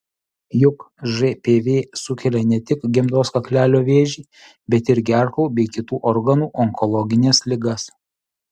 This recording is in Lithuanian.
juk žpv sukelia ne tik gimdos kaklelio vėžį bet ir gerklų bei kitų organų onkologines ligas